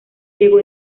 llegó